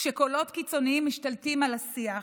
כשקולות קיצוניים משתלטים על השיח,